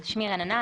שמי רננה,